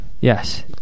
Yes